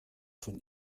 von